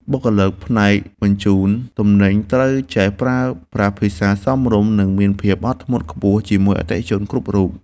បុគ្គលិកផ្នែកបញ្ជូនទំនិញត្រូវចេះប្រើប្រាស់ភាសាសមរម្យ និងមានភាពអត់ធ្មត់ខ្ពស់ជាមួយអតិថិជនគ្រប់រូប។